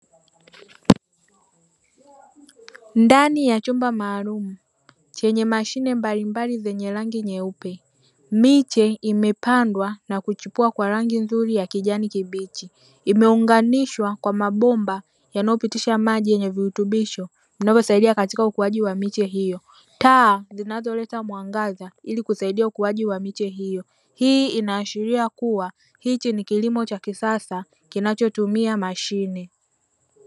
Ndani ya chumba maalumu chenye mashine mbalimbali zenye rangi nyeupe, miche imepandwa na kuchipua kwa rangi nzuri ya kijani kibichi. Imeunganishwa kwa mabomba yanayopitisha maji yenye virutubisho vinavyosaidia katika ukuaji wa miche hiyo; taa zinazoleta mwangaza ili kusaidia ukuaji wa miche hiyo. Hii inaashiria kuwa hichi ni kilimo cha kisasa kinachotumia mashine.